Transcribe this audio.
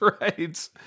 right